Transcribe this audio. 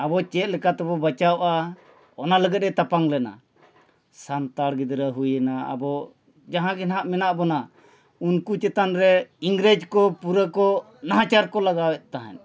ᱟᱵᱚ ᱪᱮᱫ ᱞᱮᱠᱟ ᱛᱮᱵᱚ ᱵᱟᱧᱪᱟᱣᱚᱜᱼᱟ ᱚᱱᱟ ᱞᱟᱹᱜᱤᱫ ᱮ ᱛᱟᱯᱟᱢ ᱞᱮᱱᱟ ᱥᱟᱱᱛᱟᱲ ᱜᱤᱫᱽᱨᱟᱹ ᱦᱩᱭᱮᱱᱟ ᱟᱵᱚ ᱡᱟᱦᱟᱸ ᱜᱮ ᱱᱟᱦᱟᱸᱜ ᱢᱮᱱᱟᱜ ᱵᱚᱱᱟ ᱩᱱᱠᱩ ᱪᱮᱛᱟᱱ ᱨᱮ ᱤᱝᱨᱮᱡᱽ ᱠᱚ ᱯᱩᱨᱟᱹ ᱠᱚ ᱱᱟᱦᱟᱪᱟᱨ ᱠᱚ ᱞᱟᱜᱟᱣᱮᱫ ᱛᱟᱦᱮᱸᱫ